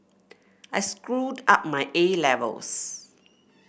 I screwed up my A Levels